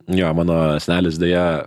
jo mano senelis deja